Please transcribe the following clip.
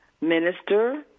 minister